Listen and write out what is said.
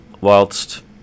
whilst